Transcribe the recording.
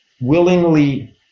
willingly